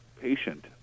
patient